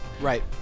Right